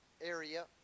area